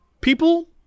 people